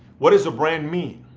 what does the brand mean?